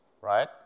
right